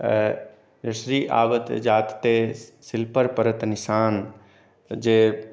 रसरी आबत जात ते सीलपर पड़त निसान जे